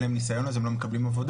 אין להם נסיון אז הם לא מקבלים עבודה